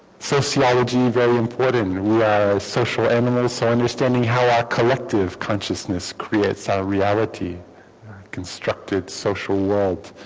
sociology very important we are social animals so understanding how our collective consciousness creates our reality constructed social walt